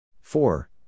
Four